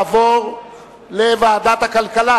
לדיון מוקדם בוועדת הכלכלה